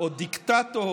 או "דיקטטור"